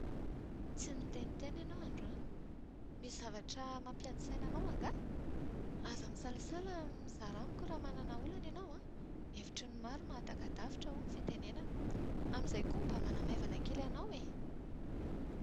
Tsy niteniteny ianao androany Misy zavatra mampiady saina anao angaha? Aza misalasala mizara amiko raha manana olana ianao, ny hevitry ny maro mahataka-davitra hoy ny fitenenana. Amin'izay koa mba manamaivana kely anao e.